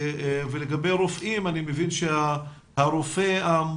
ולגבי רופאים, אני מבין שהרופא הערבי